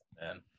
Man